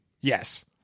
Yes